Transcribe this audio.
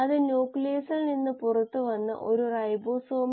ഇവ രണ്ടും നമ്മൾ വളരെ വിശദമായി നോക്കി